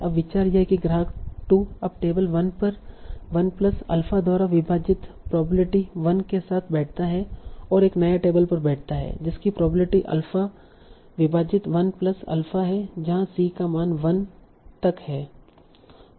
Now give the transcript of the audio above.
अब विचार यह है कि ग्राहक 2 अब टेबल 1 पर 1 प्लस अल्फा द्वारा विभाजित प्रोबेबिलिटी 1 के साथ बैठता है और एक नया टेबल पर बैठता है जिसमें प्रोबेबिलिटी अल्फा विभाजित 1 प्लस अल्फा है जहा c का मान 1 तक है